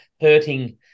hurting